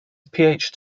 phd